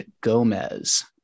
Gomez